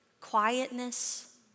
quietness